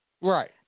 Right